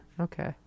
Okay